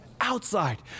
Outside